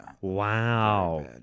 Wow